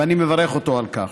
ואני מברך אותו על כך.